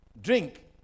drink